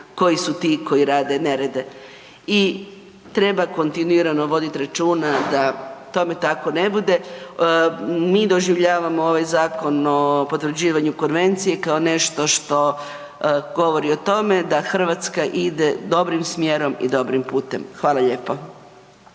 koji su ti koji rade nerede. I treba kontinuirano voditi računa da tome tako ne bude. Mi doživljavamo ovaj zakon o potvrđivanju konvencije kao nešto što govori o tome da Hrvatska ide dobrim smjerom i dobrim putem. Hvala lijepo.